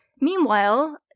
Meanwhile